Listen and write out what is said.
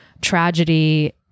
tragedy